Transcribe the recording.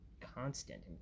constant